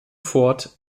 fort